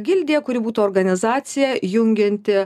gildiją kuri būtų organizacija jungianti